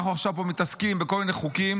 אנחנו עכשיו פה מתעסקים בכל מיני חוקים,